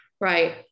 right